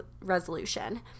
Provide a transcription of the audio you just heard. resolution